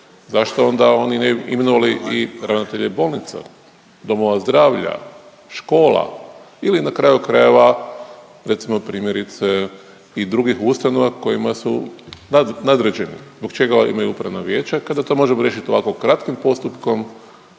Zašto ona oni ne bi imenovali i ravnatelje bolnica, domova zdravlja, škola ili na kraju krajeva recimo primjerice i drugih ustanova kojima su nadređeni? Zbog čega imaju upravna vijeća kada to možemo riješit ovako kratkim postupkom